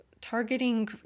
targeting